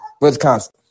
Wisconsin